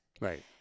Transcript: Right